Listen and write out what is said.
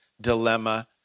dilemma